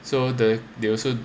so the they also